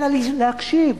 אלא להקשיב